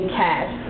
cash